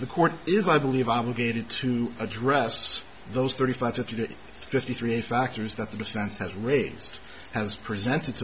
the court is i believe obligated to address those thirty five fifty to fifty three factors that the defense has raised has presented to